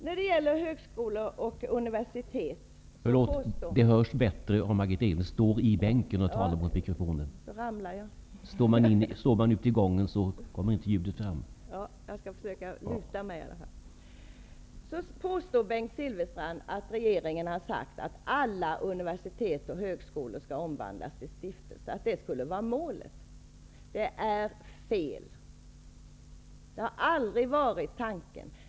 När det gäller högskolor och universitet påstår Bengt Silfverstrand att regeringen har sagt att alla universitet och högskolor skall omvandlas till stiftelser och att det skulle vara målet. Det är fel. Det har aldrig varit tanken.